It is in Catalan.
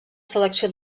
selecció